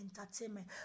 entertainment